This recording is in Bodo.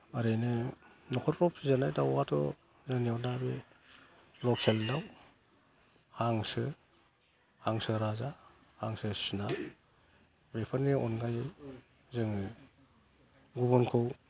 ओरैनो न'खरफ्राव फिजानाय दाउआथ' जोंनियाव दा बे लकेल दाउ हांसो हांसो राजा हांसो सिना बेफोरनि अनगायै जोङो गुबुनखौ